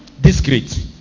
Discreet